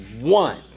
one